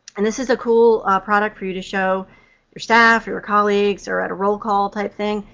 and this is a cool product for you to show your staff, your colleagues, or at a roll-call type thing.